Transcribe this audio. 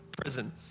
Prison